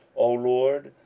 o lord,